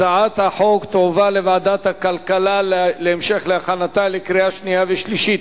הצעת החוק תועבר לוועדת הכלכלה להמשך הכנתה לקריאה שנייה ושלישית.